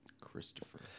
Christopher